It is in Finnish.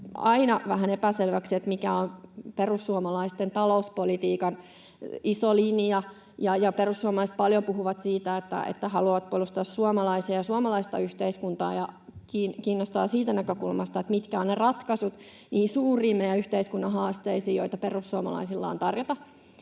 aina vähän epäselväksi, mikä on perussuomalaisten talouspolitiikan iso linja. Perussuomalaiset puhuvat paljon siitä, että haluavat puolustaa suomalaisia ja suomalaista yhteiskuntaa. Ja tämä kiinnostaa siitä näkökulmasta, että mitkä ovat ne ratkaisut suuriin yhteiskuntamme haasteisiin, joita perussuomalaisilla on tarjota.